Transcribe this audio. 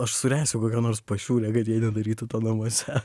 aš suręsiu kokią nors pašiūrę kad jie nedarytų to namuose